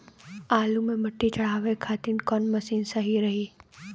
आलू मे मिट्टी चढ़ावे खातिन कवन मशीन सही रही?